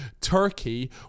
Turkey